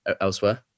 elsewhere